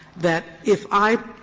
that if i